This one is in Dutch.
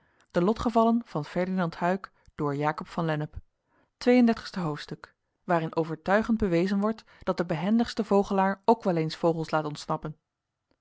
hoofdstuk waarin overtuigend bewezen wordt dat de behendigste vogelaar ook wel eens vogels laat ontsnappen